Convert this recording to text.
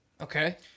Okay